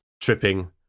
tripping